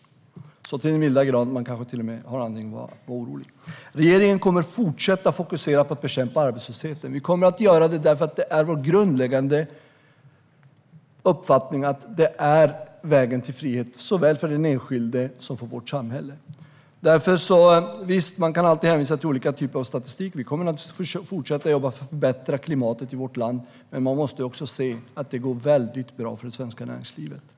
Det är så till den milda grad att man kanske till och med har anledning att vara orolig. Regeringen kommer att fortsätta fokusera på att bekämpa arbetslösheten. Vi kommer att göra det därför att det är vår grundläggande uppfattning att det är vägen till frihet, såväl för den enskilde som för vårt samhälle. Visst, man kan alltid hänvisa till statistik av olika slag. Vi kommer naturligtvis att fortsätta jobba för att förbättra klimatet i vårt land. Men man måste också se att det går väldigt bra för det svenska näringslivet.